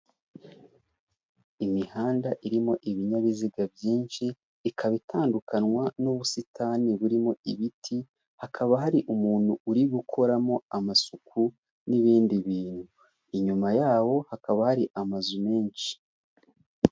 Imihanda irimo ibinyabiziga byinshi, ikaba itandukanywa n'ubusitani burimo ibiti, hakaba hari umuntu uri gukoramo amasuku n'ibindi bintu, inyuma yabo hakaba hari amazu menshi.